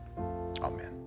Amen